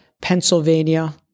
Pennsylvania